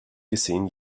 gesehen